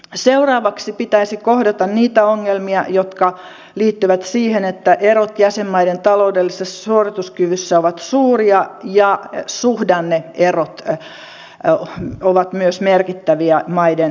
seuraavaksi pitäisi kohdata niitä ongelmia jotka liittyvät siihen että erot jäsenmaiden taloudellisessa suorituskyvyssä ovat suuria ja myös suhdanne erot ovat merkittäviä maiden välillä